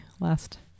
last